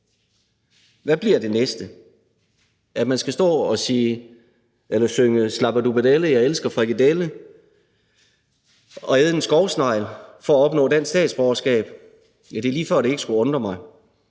Hvad bliver det næste? At man skal stå og synge: »Slabbadubadelle, jeg elsker frikadelle« og æde en skovsnegl for at opnå dansk statsborgerskab? Ja, det er lige før, det ikke skulle undre mig.